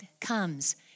comes